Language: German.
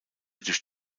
durch